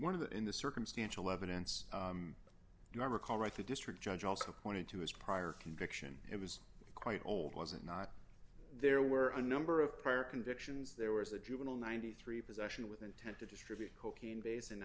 one of the in the circumstantial evidence do you recall right the district judge also pointing to his prior conviction it was quite old wasn't not there were a number of prior convictions there was a juvenile ninety three possession with intent to distribute cocaine base in